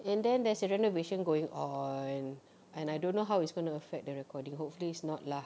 and then there's a renovation going on and I don't know how it's going to affect the recording hopefully it's not lah